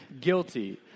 guilty